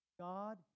God